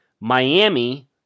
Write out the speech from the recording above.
Miami